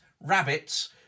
rabbits